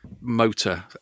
motor